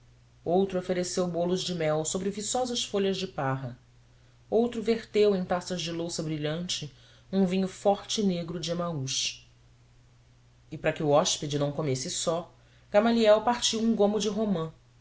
outro ofereceu bolos de mel sobre viçosas folhas de parra outro verteu em taças de louça brilhante um vinho forte e negro de emaús e para que o hóspede não comesse só gamaliel partiu um gomo de romã